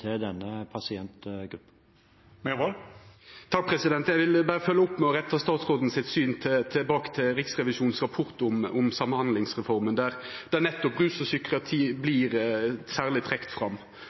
til denne pasientgruppen. Eg vil berre følgja opp med å retta statsråden sitt syn tilbake til Riksrevisjonens rapport om samhandlingsreforma, der nettopp rus og psykiatri vert særleg trekte fram.